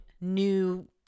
new